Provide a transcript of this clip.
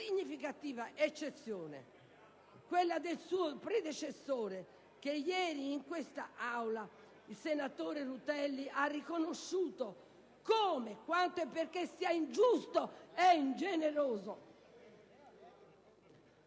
significativa eccezione, quella del suo predecessore. Ieri in quest'Aula il senatore Rutelli ha riconosciuto come, quanto e perché sia ingiusto e ingeneroso